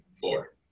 Four